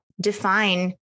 define